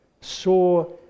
saw